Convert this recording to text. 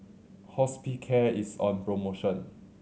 Hospicare is on promotion